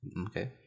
Okay